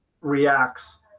reacts